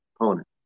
opponent